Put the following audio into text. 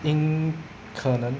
应可能